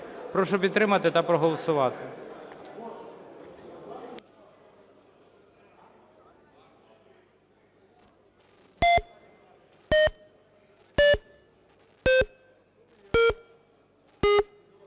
Прошу підтримати та проголосувати.